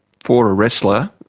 for a wrestler,